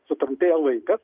sutrumpėjo laikas